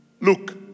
Look